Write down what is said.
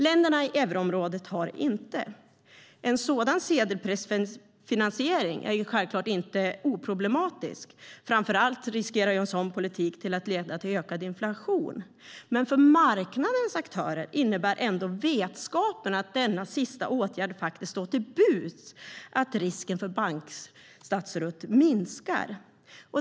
Länderna i euroområdet har inte en sådan sedelpress för finansiering, och det är självklart inte oproblematiskt. Framför allt riskerar en sådan politik att leda till ökad inflation. Men för marknadens aktörer innebär ändå vetskapen om att denna sista åtgärd står till buds att risken för statsbankrutt minskar.